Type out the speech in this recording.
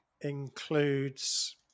includes